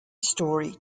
story